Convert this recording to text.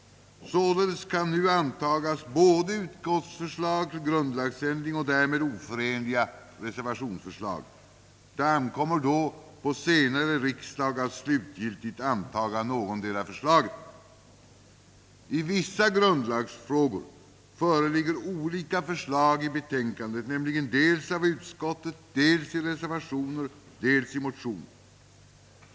Således kan nu antagas både utskottsförslag till grundlagsändring och därmed oförenliga reservationsförslag. Det ankommer på senare riksdag att slutgiltigt antaga någotdera förslaget. I vissa grundlagsfrågor föreligger olika förslag i betänkandet, nämligen dels av utskottet, dels i reservationer och motioner.